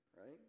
right